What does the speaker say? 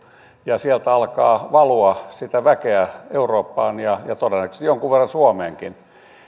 ja sieltä alkaa valua sitä väkeä eurooppaan ja todennäköisesti jonkun verran suomeenkin